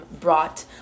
brought